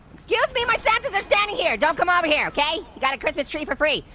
excuse me, my santas are standing here, don't come over here, okay. you got a christmas tree for free.